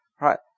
right